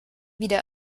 wieder